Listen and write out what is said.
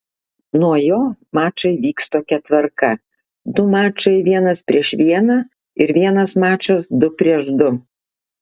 nuo jo mačai vyks tokia tvarka du mačai vienas prieš vieną ir vienas mačas du prieš du